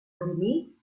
dormir